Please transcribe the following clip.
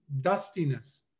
dustiness